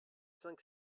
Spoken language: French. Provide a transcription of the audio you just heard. cinq